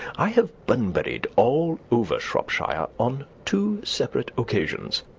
i have bunburyed all over shropshire on two separate occasions.